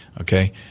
okay